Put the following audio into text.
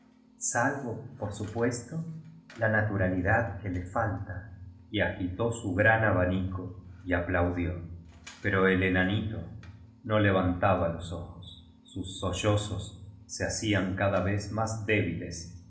por supuesto la naturalidad que le falta y agitó su gran abanico y aplaudió pero el enanito no levantaba los ojos sus sollozos se ha cían cada vez más débiles